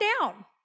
down